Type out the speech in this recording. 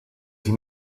sie